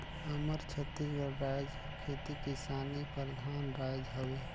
हमर छत्तीसगढ़ राएज हर खेती किसानी परधान राएज हवे